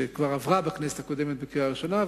שכבר עברה בכנסת הקודמת בקריאה ראשונה,